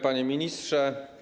Panie Ministrze!